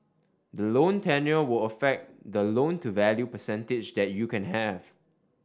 the loan tenure will affect the loan to value percentage that you can have